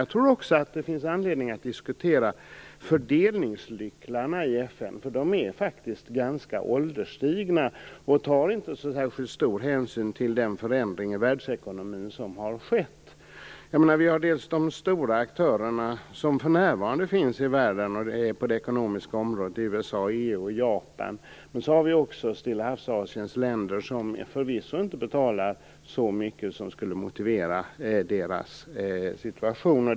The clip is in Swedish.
Jag tror också att det finns anledning att diskutera fördelningsnycklarna i FN. De är faktiskt ganska ålderstigna och tar inte särskilt stor hänsyn till den förändring som har skett i världsekonomin. Vi har de stora aktörer som för närvarande finns i världen, och det är på det ekonomiska området USA, EU och Japan. Men vi har också Stilla havs-Asiens länder, som förvisso inte betalar så mycket som skulle vara motiverat i deras situation.